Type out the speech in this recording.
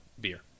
beer